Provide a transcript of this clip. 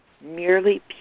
merely